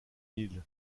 nil